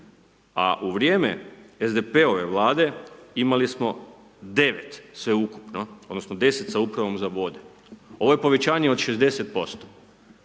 a u vrijeme SDP-ove Vlade imali smo 9 sveukupno odnosno 10 sa Upravom za vode. Ovo je povećanje od 60%